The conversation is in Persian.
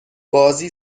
بازی